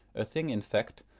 a thing, in fact,